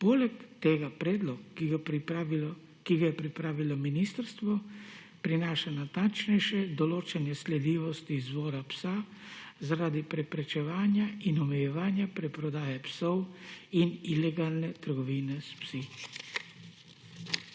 Poleg tega predlog, ki ga je pripravilo ministrstvo, prinaša natančnejše določanje sledljivosti izvora psa zaradi preprečevanja in omejevanja preprodaje psov in ilegalne trgovine s psi.